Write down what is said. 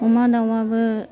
अमा दाउआबो